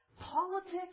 politics